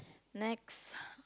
next